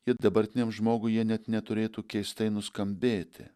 ir dabartiniam žmogui jie net neturėtų keistai nuskambėti